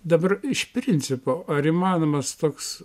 dabar iš principo ar įmanomas toks